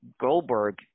Goldberg